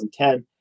2010